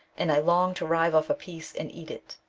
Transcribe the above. and i longed to rive off a piece and eat it.